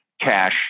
cash